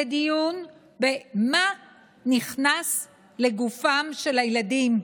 זה דיון במה שנכנס לגופם של הילדים,